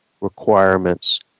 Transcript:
requirements